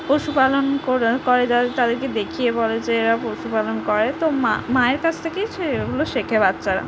পশুপালন করা করে যাদের তাদেরকে দেখিয়ে বলে যে এরা পশুপালন করে তো মা মায়ের কাছ থেকেই সে এগুলো শেখে বাচ্চারা